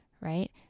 right